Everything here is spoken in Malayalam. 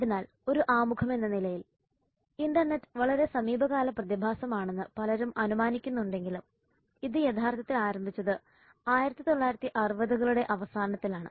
അതിനാൽ ഒരു ആമുഖമെന്ന നിലയിൽ ഇന്റർനെറ്റ് വളരെ സമീപകാല പ്രതിഭാസമാണെന്ന് പലരും അനുമാനിക്കുന്നുണ്ടെങ്കിലും ഇത് യഥാർത്ഥത്തിൽ ആരംഭിച്ചത് 1960 കളുടെ അവസാനത്തിലാണ്